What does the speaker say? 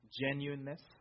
genuineness